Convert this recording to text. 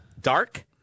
dark